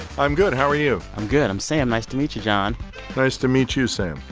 i'm good. how are you? i'm good. i'm sam. nice to meet you, john nice to meet you, sam.